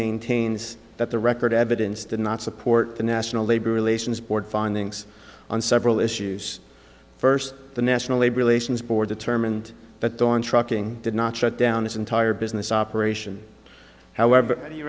maintains that the record evidence did not support the national labor relations board findings on several issues first the national labor relations board determined that dawn trucking did not shut down this entire business operation however